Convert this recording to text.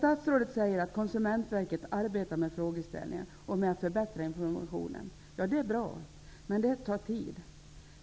Statsrådet säger att Konsumentverket arbetar med frågeställningen för att åstadkomma en förbättring av informationen. Det är bra, men det tar tid.